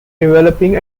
developing